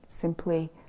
simply